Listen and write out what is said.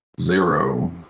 Zero